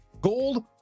gold